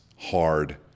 hard